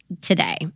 today